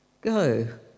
go